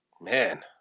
Man